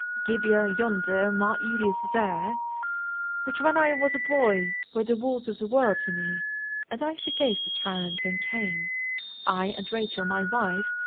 gibeah yonder, mar elias there which, when i was a boy, were the walls of the world to me and i forgave the tyrants and came i, and rachel, my wife,